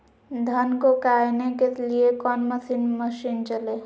धन को कायने के लिए कौन मसीन मशीन चले?